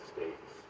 States